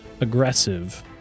aggressive